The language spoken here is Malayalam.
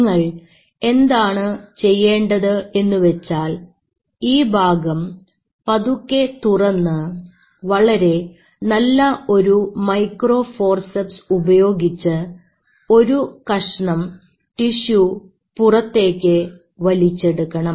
നിങ്ങൾ എന്താണ് ചെയ്യേണ്ടത് എന്നുവെച്ചാൽ ഈ ഭാഗം പതുക്കെ തുറന്ന് വളരെ നല്ല ഒരു മൈക്രോ ഫോർസെപ്സ് ഉപയോഗിച്ച് ഒരു കഷ്ണം ടിഷ്യു പുറത്തേക്ക് വലിച്ചെടുക്കണം